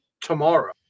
tomorrow